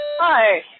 Hi